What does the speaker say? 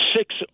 six